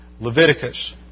Leviticus